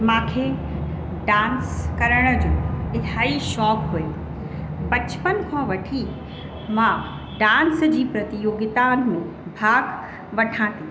मूंखे डांस करण जो इलाही शौक़ु हुओ बचपन खां वठी मां डांस जी प्रतियोगिता में भाग वठां थी